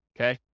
okay